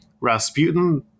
Rasputin